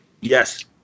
Yes